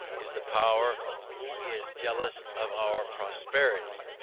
is the power who is jealous of our prosperity,